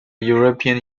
european